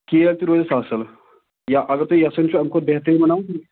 کیل تہِ روزٮ۪س اَصٕل یا اَگر تُہۍ یَژھن چھُو اَمہِ کھۄتہٕ بہتریٖن بَناوُن